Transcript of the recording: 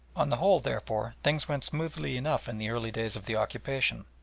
on the whole, therefore, things went smoothly enough in the early days of the occupation,